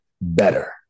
better